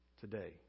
Today